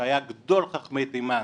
שהיה גדול חכמי תימן,